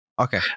Okay